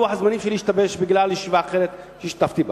לוח הזמנים שלי השתבש בגלל ישיבה אחרת שהשתתפתי בה.